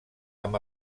amb